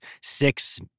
six